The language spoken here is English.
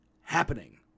happening